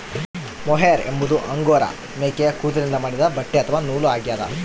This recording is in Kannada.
ಮೊಹೇರ್ ಎಂಬುದು ಅಂಗೋರಾ ಮೇಕೆಯ ಕೂದಲಿನಿಂದ ಮಾಡಿದ ಬಟ್ಟೆ ಅಥವಾ ನೂಲು ಆಗ್ಯದ